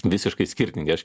visiškai skirtingi aš